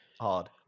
hard